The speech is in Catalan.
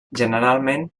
generalment